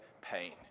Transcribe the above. pain